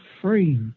free